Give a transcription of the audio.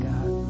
God